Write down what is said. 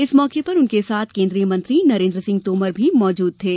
इस मौके पर उनके साथ केंद्रीय मंत्री नरेंद्र सिंह तोमर भी मौजूद थे